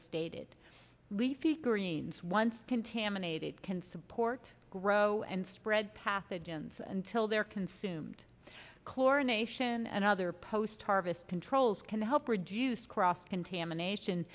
stated leafy greens once contaminated can support grow and spread pathogens until they're consumed chlorination and other post harvest controls can help reduce cross contamination